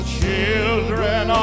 children